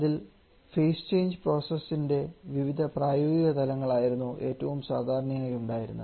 അതിൽ phase change പ്രോസസ്സ്ന്റെ വിവിധ പ്രായോഗിക തലങ്ങൾ ആയിരുന്നു ഏറ്റവും സാധാരണയായി ഉണ്ടായിരുന്നത്